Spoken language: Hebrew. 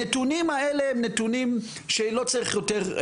הנתונים האלה הם נתונים שלא צריך יותר,